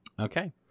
Okay